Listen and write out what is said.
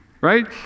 Right